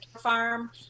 farm